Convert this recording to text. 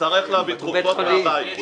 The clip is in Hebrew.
נצטרך להביא תרופות מהבית.